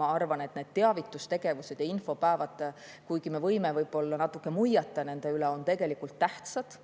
ma arvan, et teavitustegevus, infopäevad, kuigi me võime võib-olla natuke muiata nende üle, on tegelikult tähtsad,